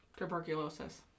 tuberculosis